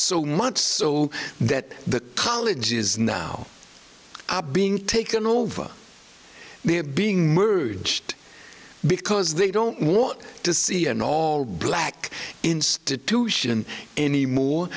so much so that the colleges now are being taken over they're being merged because they don't want to see an all black institution anymore